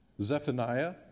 Zephaniah